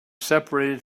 separated